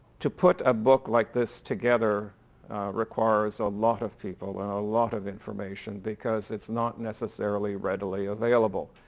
to put a book like this together requires a lot of people and a lot of information because it's not necessarily readily available.